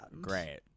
Great